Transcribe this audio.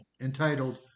entitled